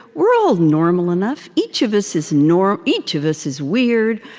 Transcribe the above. we're all normal enough. each of us is normal each of us is weird.